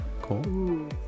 Cool